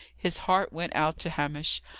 his heart went out to hamish.